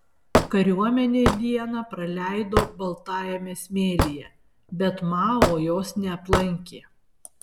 kariuomenė dieną praleido baltajame smėlyje bet mao jos neaplankė